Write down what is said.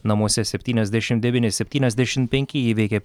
namuose septyniasdešim devyni septyniasdešim penki įveikė